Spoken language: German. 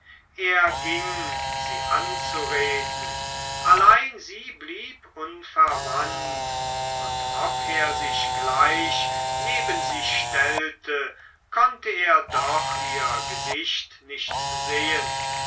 er ging sie anzureden allein sie blieb unverwandt und ob er sich gleich neben sie stellte konnte er doch ihr gesicht nicht sehen